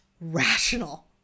rational